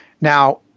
Now